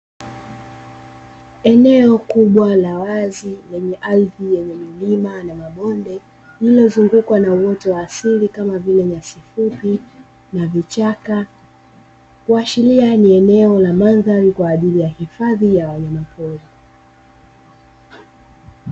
Eneo kubwa la wazi lenye ardhi yenye milima na mabonde lililozungukwa na uoto wa asili kama vile nyasi fupi na vichaka, kuashiria ni eneo la mandhari kwa ajili ya hifadhi ya wanyamapori.